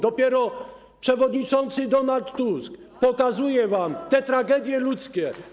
Dopiero przewodniczący Donald Tusk pokazuje wam te tragedie ludzkie.